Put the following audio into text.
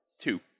Two